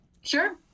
sure